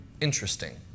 interesting